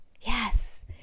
yes